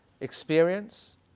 experience